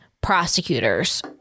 prosecutors